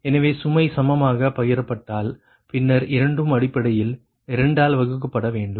எனவே சுமை சமமாக பகிரப்பட்டால் பின்னர் இரண்டும் அடிப்படையில் 2 ஆல் வகுக்கப்பட வேண்டும்